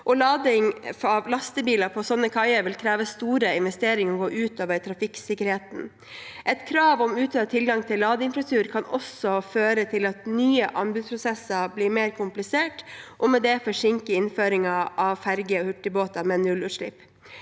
lading av lastebiler på slike kaier vil kreve store investeringer og gå ut over trafikksikkerheten. Et krav om utvidet tilgang til ladeinfrastruktur kan også føre til at nye anbudsprosesser blir mer kompliserte, og med det forsinke innføringen av ferger og hurtigbåter med nullutslipp.